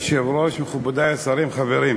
אדוני היושב-ראש, מכובדי השרים, חברים,